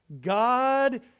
God